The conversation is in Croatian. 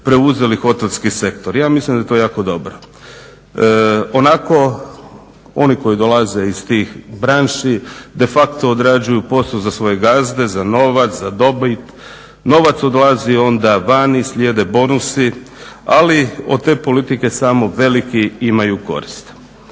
preuzeli hotelski sektor. Ja mislim da je to jako dobro. Onako koji dolaze iz tih branši de facto odrađuju posao za svoje gazde, za novac, za dobit, novac odlazi onda van i slijede bonusi, ali od te politike samo veliki imaju korist.